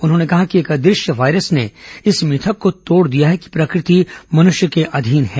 उन्होंने कहा कि एक अदृश्य वायरस ने इस मिथक को तोड़ दिया है कि प्रकृति मनुष्य के अधीन है